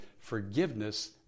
Forgiveness